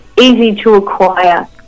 easy-to-acquire